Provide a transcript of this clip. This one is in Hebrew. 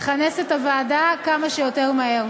לכנס את הוועדה כמה שיותר מהר.